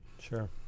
Sure